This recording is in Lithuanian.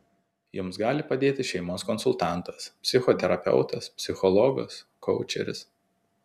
jums gali padėti šeimos konsultantas psichoterapeutas psichologas koučeris